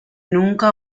nunca